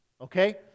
okay